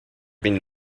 been